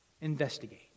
investigate